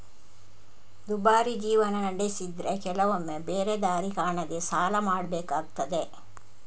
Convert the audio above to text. ದುಬಾರಿ ಜೀವನ ನಡೆಸಿದ್ರೆ ಕೆಲವೊಮ್ಮೆ ಬೇರೆ ದಾರಿ ಕಾಣದೇ ಸಾಲ ಮಾಡ್ಬೇಕಾಗ್ತದೆ